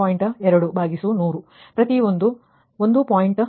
2100ಪ್ರತಿ ಒಂದು 1